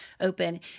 open